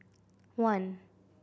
one